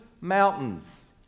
mountains